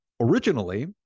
Originally